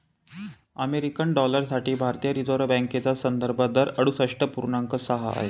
American dollar साठी भारतीय reserve बँकेचा संदर्भ दर अडुसष्ठ पूर्णांक सहा आहे